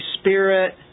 Spirit